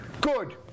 Good